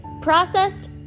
processed